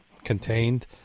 contained